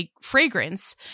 fragrance